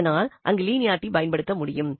அதனால் அங்கு லீனியரிட்டியை பயன்படுத்த முடியும்